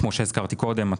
כמו שהזכרתי קודם,